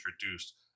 introduced